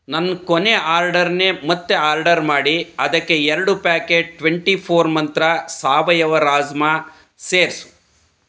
ನನ್ನ ಕೊನೆಯ ಆರ್ಡರ್ನೇ ಮತ್ತೆ ಆರ್ಡರ್ ಮಾಡಿ ಅದಕ್ಕೆ ಎರಡು ಪ್ಯಾಕೆಟ್ ಟ್ವೆಂಟಿ ಫೋರ್ ಮಂತ್ರ ಸಾವಯವ ರಾಜ್ಮಾ ಸೇರಿಸು